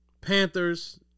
Panthers